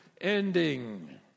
ending